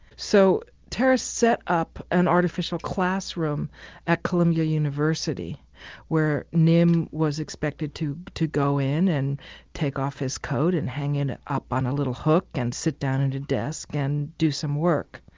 so terrace set up an artificial classroom at columbia university where nim was expected to to go in and take off his coat and hang it up on a little hook and sit down at a desk and do some work.